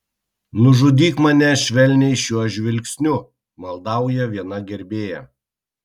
nužudyk mane švelniai šiuo žvilgsniu maldauja viena gerbėja